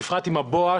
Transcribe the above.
בפרט עם הבואש,